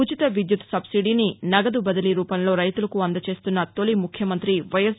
ఉచిత విద్యుత్ సబ్సిడీని నగదు బదిలీ రూపంలో రైతులకు అందజేస్తున్న తొలి ముఖ్యమంఁతి వైఎస్